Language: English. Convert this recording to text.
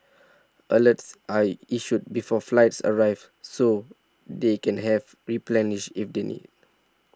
alerts are issued before flights arrive so they can have replenished if they need